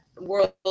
world